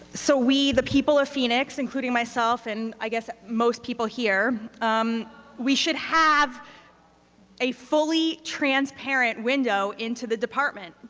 so we, the people of phoenix, including myself and i guess most people here we should have a fully transparent window into the department,